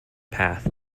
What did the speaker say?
path